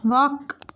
وق